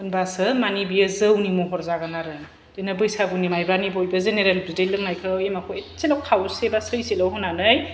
होनबासो मानि बियो जौनि महर जागोन आरो बिदिनो बैसागुनि मायब्रानि बयबो जेनेरेल बिदै लोंनायखौ एमावखौ एसेल' खावसेबा सैसेल' होनानै